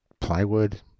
plywood